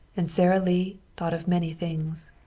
and sara lee thought of many things.